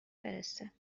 فرسته